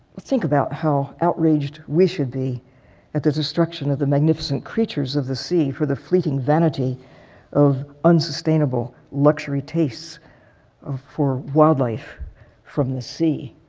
think about how outraged we should be at the destruction of the magnificent creatures of the sea for the fleeting vanity of unsustainable luxury tastes for wildlife from the sea.